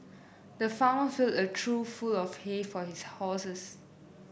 the farmer filled a trough full of hay for his horses